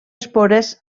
espores